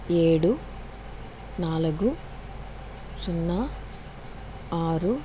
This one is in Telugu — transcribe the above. ఏడు నాలుగు సున్నా ఆరు